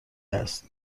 است